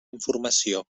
informació